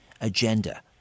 agenda